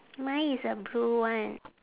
mine is a blue one